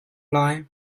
lai